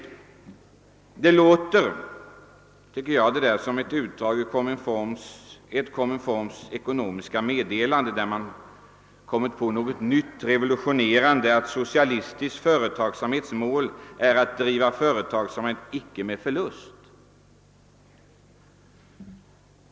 Detta uttalande låter enligt min mening som ett utdrag ur något ekonomiskt meddelande från Kominform, där man kommit på något nytt och revolutionerande: att socialistisk företagsamhets mål är att drivas utan förlust.